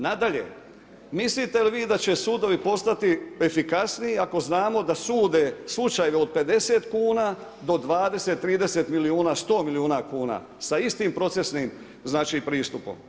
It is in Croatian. Nadalje, mislite li da će sudovi postati efikasniji ako znamo da sude slučajeve od 50 kuna do 20, 30, 100 milijuna kuna sa istim procesnim pristupom?